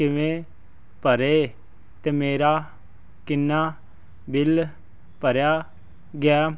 ਕਿਵੇਂ ਭਰੇ ਅਤੇ ਮੇਰਾ ਕਿੰਨਾ ਬਿਲ ਭਰਿਆ ਗਿਆ